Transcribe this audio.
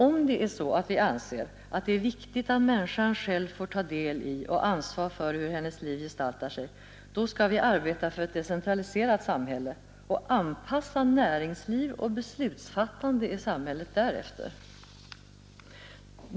Anser vi att det är viktigt att människan själv får ta del i och ansvar för hur hennes liv gestaltar sig, då skall vi arbeta för ett decentraliserat samhälle och anpassa näringsliv och beslutsfattande i samhället därefter.